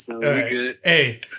Hey